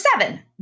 seven